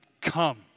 come